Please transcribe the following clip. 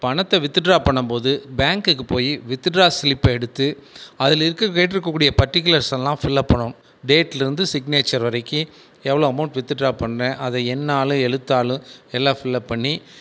பணத்தை வித்துட்ரா பண்ணும்போது பேங்க்குக்கு போய் வித்துட்ரா ஸ்லிப்பை எடுத்து அதில் இருக்கற கேட்டிருக்கக் கூடிய பர்ட்டிக்குலர்ஸெல்லாம் ஃபில் அப் பண்ணுவோம் டேட்லேருந்து சிக்னேச்சர் வரைக்கு எவ்வளோ அமௌண்ட் வித்துட்ரா பண்ணுறேன் அதை எண்ணாலும் எழுத்தாலும் எல்லாம் ஃபில் அப் பண்ணி